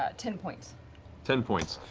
ah ten points ten points.